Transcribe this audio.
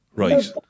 Right